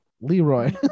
Leroy